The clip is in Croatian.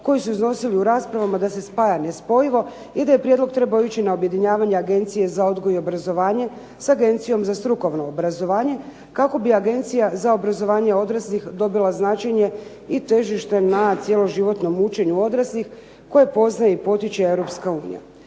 koji su iznosili u raspravama da se spaja nespojivo i da je prijedlog trebao ići na objedinjavanje Agencije za odgoj i obrazovanje sa Agencijom za strukovno obrazovanje kako bi Agencija za obrazovanje odraslih dobila značenje i težište na cjeloživotnom učenju odraslih koje poznaje i potiče Europska unija.